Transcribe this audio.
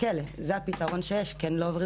כלא זה הפתרון שיש כי הם לא עוברים